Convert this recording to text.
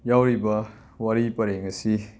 ꯌꯥꯎꯔꯤꯕ ꯋꯥꯔꯤ ꯄꯔꯦꯡ ꯑꯁꯤ